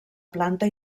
planta